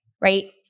Right